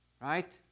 right